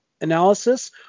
Analysis